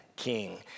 king